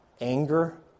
Anger